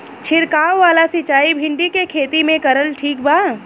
छीरकाव वाला सिचाई भिंडी के खेती मे करल ठीक बा?